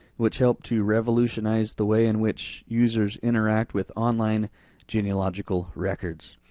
which helped to revolutionize the way in which users interact with online genealogical records.